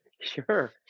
Sure